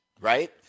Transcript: right